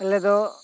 ᱟᱯᱮ ᱫᱚ